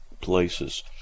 places